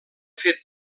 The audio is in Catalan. fet